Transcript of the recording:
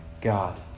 God